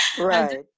Right